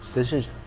this is.